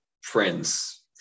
friends